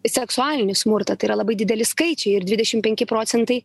seksualinį smurtą tai yra labai dideliai skaičiai ir dvidešim penki procentai